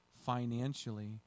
financially